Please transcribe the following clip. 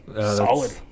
Solid